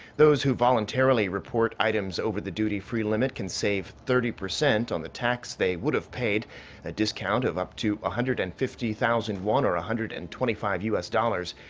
those who voluntarily report items over the duty-free limit can save thirty percent on the tax they would've paid a discount of up to one hundred and fifty thousand won or a hundred and twenty five u s. dollars.